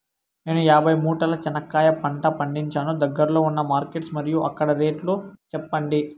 నేను యాభై మూటల చెనక్కాయ పంట పండించాను దగ్గర్లో ఉన్న మార్కెట్స్ మరియు అక్కడ రేట్లు చెప్పండి?